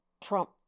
Trump